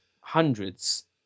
hundreds